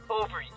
over